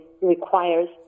requires